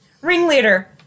Ringleader